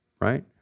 right